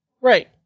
Right